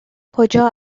کجا